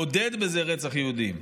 מעודד בזה רצח יהודים.